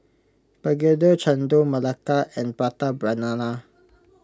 Begedil Chendol Melaka and Prata Banana